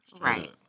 Right